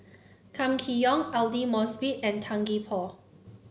Kam Kee Yong Aidli Mosbit and Tan Gee Paw